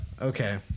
Okay